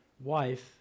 wife